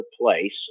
place